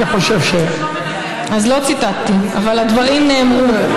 אני חושב, אז לא ציטטתי, אבל הדברים נאמרו.